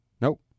Nope